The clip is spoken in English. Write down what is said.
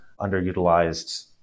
underutilized